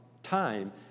time